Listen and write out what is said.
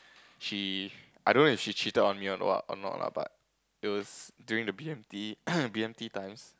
she I don't know if she cheated on me or not or not lah but it was during the B_M_T B_M_T times